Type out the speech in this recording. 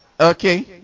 Okay